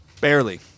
Barely